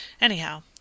Anyhow